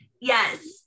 yes